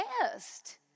best